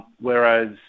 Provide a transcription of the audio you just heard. Whereas